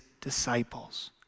disciples